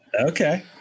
Okay